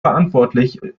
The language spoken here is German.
verantwortlich